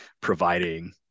providing